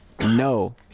no